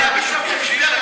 מה עם השוק החופשי?